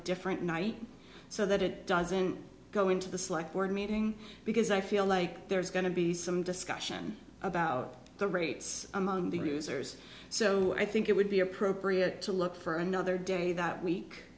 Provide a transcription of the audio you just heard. different night so that it doesn't go into the slack board meeting because i feel like there's going to be some discussion about the rates among the losers so i think it would be appropriate to look for another day that week